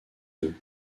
eux